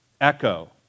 echo